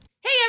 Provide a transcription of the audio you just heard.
Hey